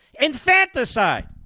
infanticide